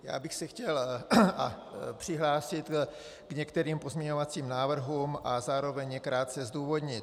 Já bych se chtěl přihlásit k některým pozměňovacím návrhům a zároveň je krátce zdůvodnit.